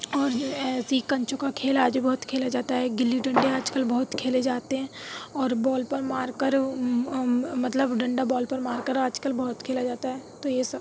اور جو ایسے ہی کنچوں کا کھیل آج بھی بہت کھیلا جاتا ہے گلی ڈنڈے آج کل بہت کھیلے جاتے ہیں اور بال پر مار کر مطلب ڈنڈا بال پر مار کر آج کل بہت کھیلا جاتا ہے تو یہ سب